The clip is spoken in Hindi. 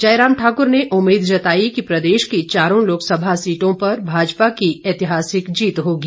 जयराम ठाकुर ने उम्मीद जताई कि प्रदेश की चारों लोकसभा सीटों पर भाजपा की ऐतिहासिक जीत होगी